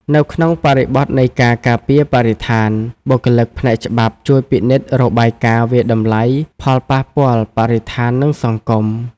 នៅក្នុងបរិបទនៃការការពារបរិស្ថាន បុគ្គលិកផ្នែកច្បាប់ជួយពិនិត្យរបាយការណ៍វាយតម្លៃផលប៉ះពាល់បរិស្ថាន និងសង្គម។